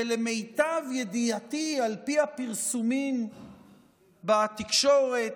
ולמיטב ידיעתי, על פי הפרסומים בתקשורת,